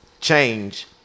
change